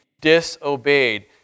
disobeyed